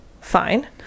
Fine